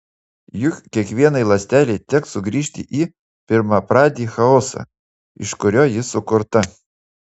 juk kiekvienai ląstelei teks sugrįžti į pirmapradį chaosą iš kurio ji sukurta